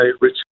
rich